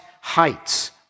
heights